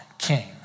king